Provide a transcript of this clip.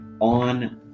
on